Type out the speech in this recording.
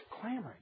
clamoring